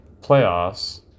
playoffs